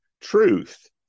truth